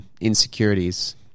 insecurities